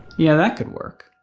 yeah that could work.